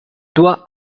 dois